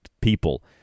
people